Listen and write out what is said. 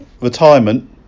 retirement